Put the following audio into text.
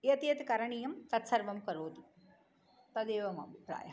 यत् यत् करणीयं तत्सर्वं करोतु तदेव मम अभिप्रायः